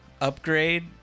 upgrade